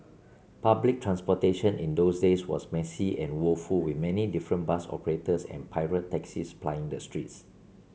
public transportation in those days was messy and woeful with many different bus operators and pirate taxis plying the streets